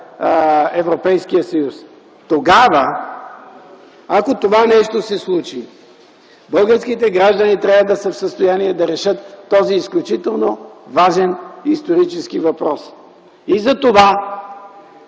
Европейския съюз? Тогава, ако това нещо се случи, българските граждани трябва да са в състояние да решат този изключително важен исторически въпрос.